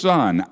Son